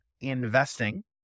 investing